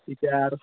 ইতা আৰু